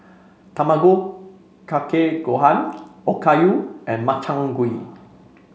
Tamago Kake Gohan Okayu and Makchang Gui